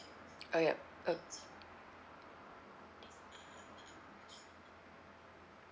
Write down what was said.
uh yup uh